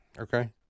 Okay